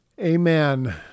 Amen